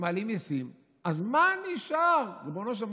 כי מעלים מיסים, אז מה נשאר, ריבונו של עולם?